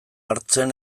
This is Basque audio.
hartzen